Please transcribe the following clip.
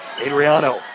Adriano